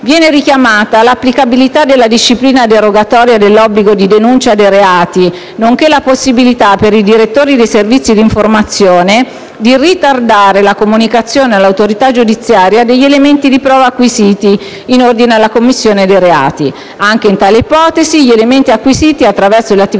Viene richiamata l'applicabilità della disciplina derogatoria dell'obbligo di denuncia dei reati nonché la possibilità, per i direttori dei Servizi di informazione di ritardare la comunicazione all'autorità giudiziaria degli elementi di prova acquisiti in ordine alla commissione dei reati. Anche in tali ipotesi, gli elementi acquisiti attraverso le attività